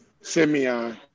Simeon